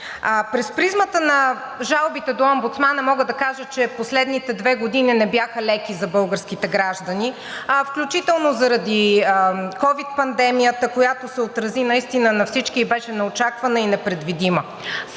През призмата на жалбите до омбудсмана мога да кажа, че последните две години не бяха леки за българските граждани, включително заради ковид пандемията, която се отрази наистина на всички – беше неочаквана и непредвидима.